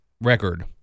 record